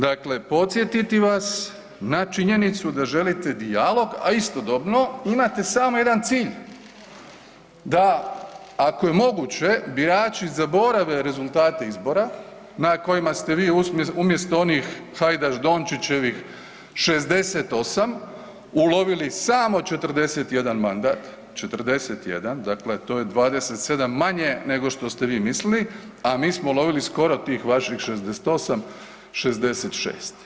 Dakle, podsjetiti vas na činjenicu da želite dijalog, a istodobno imate samo jedan cilj da ako je moguće birači zaborave rezultate izbora na kojima ste vi umjesto onih Hajdaš-Dončićevih 68 ulovili samo 41 mandat, 41, dakle to je 27 manje nego što ste vi mislili, a mi smo ulovili skoro tih vaših 68,66.